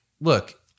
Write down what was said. look